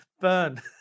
Burn